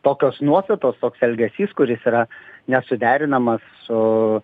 tokios nuostatos toks elgesys kuris yra nesuderinamas su